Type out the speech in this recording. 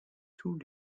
tous